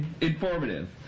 informative